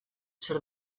zer